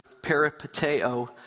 peripateo